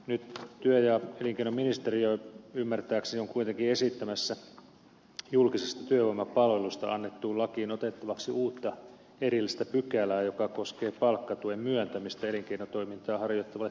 nyt työ ja elinkeinoministeriö ymmärtääkseni on kuitenkin esittämässä julkisesta työvoimapalvelusta annettuun lakiin otettavaksi uutta erillistä pykälää joka koskee palkkatuen myöntämistä elinkeinotoimintaa harjoittavalle työnantajalle